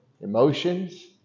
emotions